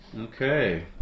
Okay